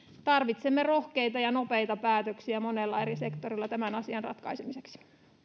tarvitsemme rohkeita ja nopeita päätöksiä monella eri sektorilla tämän asian ratkaisemiseksi